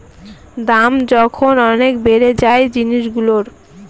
দাম যখন অনেক বেড়ে যায় জিনিসগুলোর